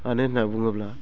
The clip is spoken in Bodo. मानो होननानै बुङोब्ला